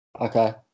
Okay